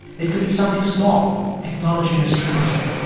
it could be something small acknowledging a stranger.